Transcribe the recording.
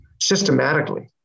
systematically